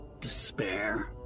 despair